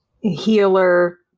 healer